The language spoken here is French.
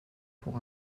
pour